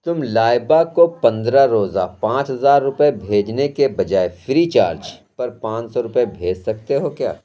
تم لائبہ کو پندرہ روزہ پانچ ہزار روپے بھیجنے کے بجائے فری چارج پر پانچ سو روپے بھیج سکتے ہو کیا